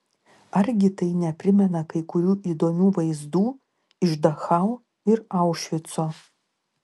argi tai neprimena kai kurių įdomių vaizdų iš dachau ir aušvico